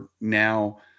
now